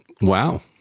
Wow